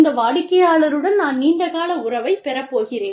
இந்த வாடிக்கையாளருடன் நான் நீண்டகால உறவைப் பெறப் போகிறேன்